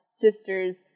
sisters